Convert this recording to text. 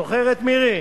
זוכרת, מירי?